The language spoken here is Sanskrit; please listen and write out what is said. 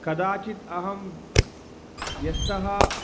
कदाचित् अहं व्यस्तः